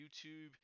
YouTube